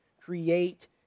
Create